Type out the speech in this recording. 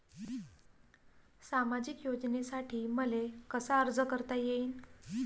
सामाजिक योजनेसाठी मले कसा अर्ज करता येईन?